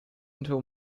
until